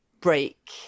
break